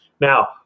Now